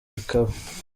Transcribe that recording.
bikaba